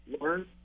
learn